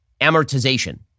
amortization